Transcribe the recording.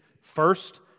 First